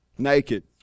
naked